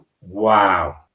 Wow